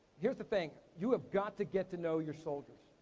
here's the thing, you have got to get to know your soldiers.